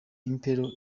imperial